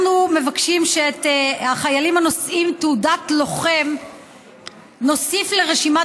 אנחנו מבקשים שאת החיילים הנושאים תעודת לוחם נוסיף לרשימת